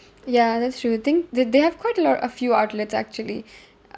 ya that's true I think the~ they have quite a lot of few outlets actually